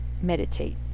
meditate